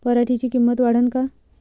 पराटीची किंमत वाढन का?